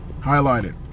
highlighted